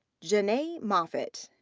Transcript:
janae' moffitt.